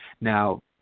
Now